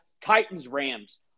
Titans-Rams